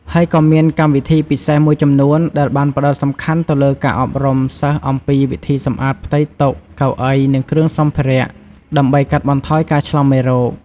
ហើយក៏មានកម្មវិធីពិសេសមួយចំនួន ដែលបានផ្តោតសំខាន់ទៅលើការអប់រំសិស្សអំពីវិធីសម្អាតផ្ទៃតុ កៅអី និងគ្រឿងសម្ភារៈ ដើម្បីកាត់បន្ថយការឆ្លងមេរោគ។